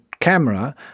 camera